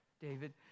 David